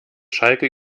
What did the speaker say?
schalke